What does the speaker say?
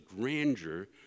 grandeur